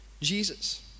Jesus